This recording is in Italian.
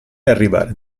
arrivare